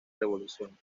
revolución